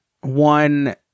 one